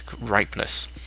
ripeness